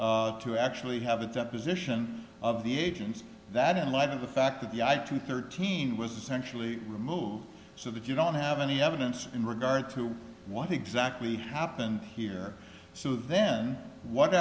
request to actually have a deposition of the agent that in light of the fact that the i two thirteen was essentially removed so that you don't have any evidence in regard to what exactly happened here so then what